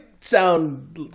Sound